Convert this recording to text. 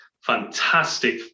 Fantastic